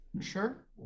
Sure